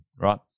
right